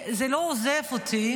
זה לא עוזב אותי,